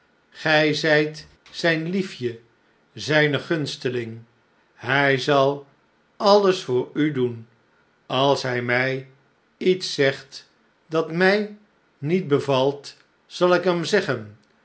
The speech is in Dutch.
gij zijt zijn liefje zijne gunsteling hij zal alles voor u doen als hij mij iets zegt dat mij niet bevalt zal ik hem zeggen